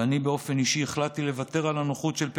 ואני באופן אישי החלטתי לוותר על הנוחות של פנסיונר,